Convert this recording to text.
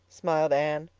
smiled anne.